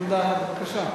עמדה אחרת, בבקשה.